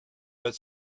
but